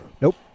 Nope